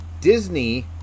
Disney